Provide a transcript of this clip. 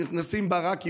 נכנסים בה רק יהודים.